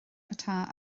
atá